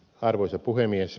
arvoisa puhemies